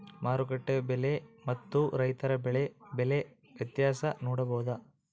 ಮಾರುಕಟ್ಟೆ ಬೆಲೆ ಮತ್ತು ರೈತರ ಬೆಳೆ ಬೆಲೆ ವ್ಯತ್ಯಾಸ ನೋಡಬಹುದಾ?